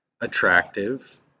attractive